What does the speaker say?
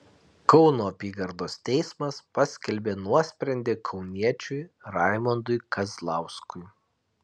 kauno apygardos teismas paskelbė nuosprendį kauniečiui raimondui kazlauskui